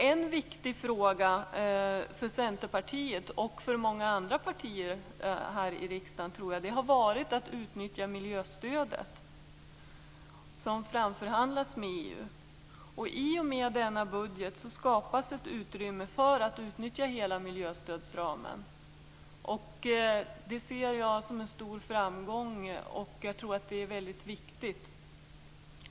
En viktig fråga för Centerpartiet och, tror jag, för många andra partier här i riksdagen har varit att utnyttja miljöstödet, som framförhandlas med EU. I och med denna budget skapas ett utrymme för att utnyttja hela miljöstödsramen. Det ser jag som en stor framgång och jag tror också att det är väldigt viktigt.